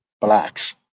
blacks